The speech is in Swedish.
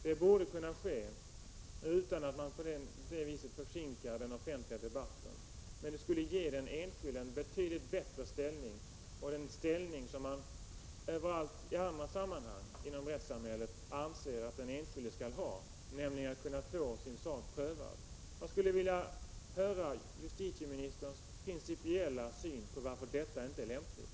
Det borde kunna ske utan att man på det viset försinkar den offentliga debatten. Det skulle ge den enskilde en betydligt bättre ställning — en ställning som man i alla andra sammanhang inom rättssamhället anser att den enskilde skall ha, nämligen rätten att få sin sak prövad. Jag skulle vilja höra justitieministerns principiella syn på varför detta inte är lämpligt.